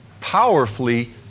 powerfully